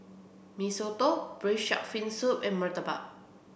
Mee Soto Braised Shark Fin Soup and Murtabak